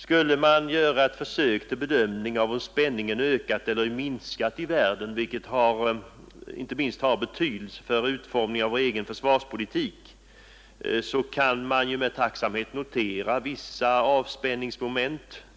Skall man göra ett försök till bedömning av om spänningen ökat eller minskat i världen, vilket har betydelse inte minst för utformningen av vår egen försvarspolitik, så kan man med tacksamhet notera vissa avspänningsmoment.